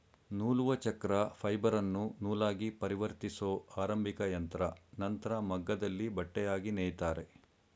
ನೂಲುವಚಕ್ರ ಫೈಬರನ್ನು ನೂಲಾಗಿಪರಿವರ್ತಿಸೊ ಆರಂಭಿಕಯಂತ್ರ ನಂತ್ರ ಮಗ್ಗದಲ್ಲಿ ಬಟ್ಟೆಯಾಗಿ ನೇಯ್ತಾರೆ